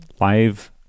live